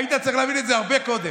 היית צריך להבין את זה הרבה קודם.